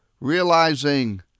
realizing